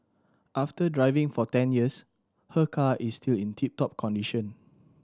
after driving for ten years her car is still in tip top condition